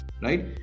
right